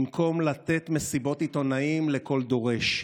במקום לתת מסיבות עיתונאים לכל דורש,